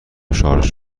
شارژ